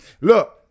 look